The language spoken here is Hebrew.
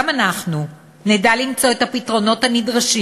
גם אנחנו נדע למצוא את הפתרונות הנדרשים